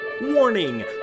Warning